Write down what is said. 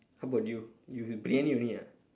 how about you you briyani only ah